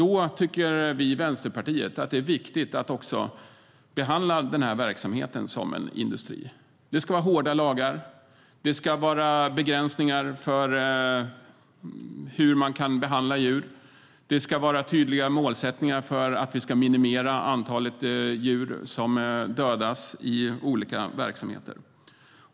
Vänsterpartiet tycker att det är viktigt att också behandla verksamheten som en industri. Det ska vara hårda lagar, det ska vara begränsningar för hur man kan behandla djur och det ska vara tydliga målsättningar för att minimera antalet djur som dödas i olika verksamheter.